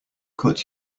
cut